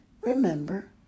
remember